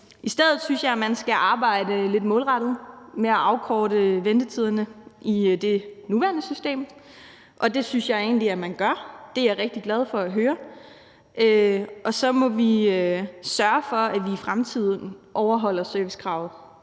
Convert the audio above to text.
I stedet for synes jeg, at man skal arbejde lidt målrettet med at afkorte ventetiderne i det nuværende system, og det synes jeg egentlig at man gør. Det er jeg rigtig glad for at høre. Og så må vi sørge for, at vi i fremtiden overholder servicekravet